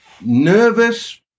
nervous